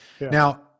Now